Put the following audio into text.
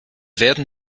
werden